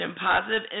positive